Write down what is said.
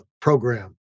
program